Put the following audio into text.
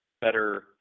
better